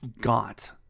got